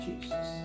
Jesus